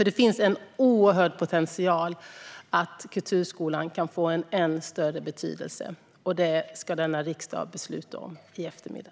Det finns nämligen en oerhörd potential för kulturskolan att få en än större betydelse, och det ska denna riksdag besluta om i eftermiddag.